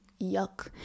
yuck